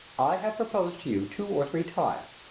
i have proposed to you two or three times.